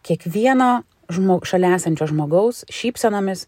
kiekvieną žmog šalia esančio žmogaus šypsenomis